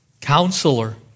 Counselor